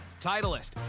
Titleist